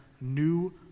new